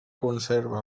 conserva